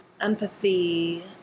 empathy